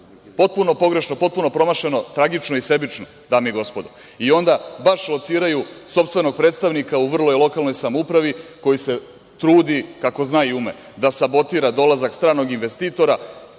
Potpuno pogrešno, potpuno promašeno, tragično i sebično, dame i gospodo, i onda baš lociraju sopstvenog predstavnika u lokalnoj samoupravi koji se trudi kako zna i ume da sabotira dolazak stranog investitora,